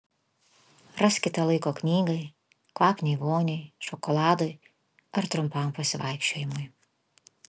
raskite laiko knygai kvapniai voniai šokoladui ar trumpam pasivaikščiojimui